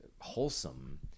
wholesome